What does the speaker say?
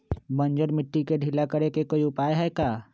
बंजर मिट्टी के ढीला करेके कोई उपाय है का?